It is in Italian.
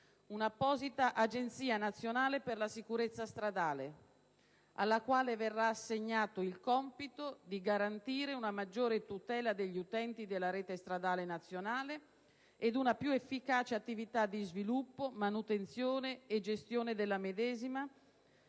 un'apposita Agenzia nazionale per la sicurezza stradale, alla quale verrà assegnato il compito di garantire una maggiore tutela degli utenti della rete stradale nazionale ed una più efficace attività di sviluppo, manutenzione e gestione della medesima,